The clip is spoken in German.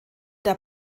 der